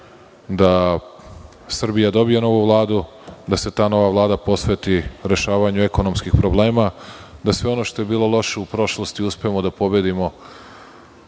da Srbija dobije novu Vladu, da se ta nova Vlada posveti rešavanju ekonomskih problema, da sve ono što je bilo loše u prošlosti uspemo da pobedimo